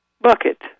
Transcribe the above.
bucket